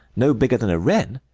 no bigger than a wren,